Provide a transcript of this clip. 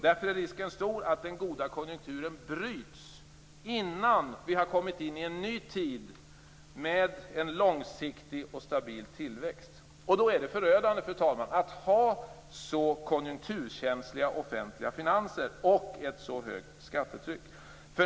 Därför är risken stor att den goda konjunkturen bryts innan vi har kommit in i en ny tid med en långsiktig och stabil tillväxt. Då är det förödande att ha så konjunkturkänsliga offentliga finanser och ett så högt skattetryck.